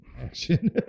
action